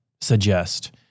suggest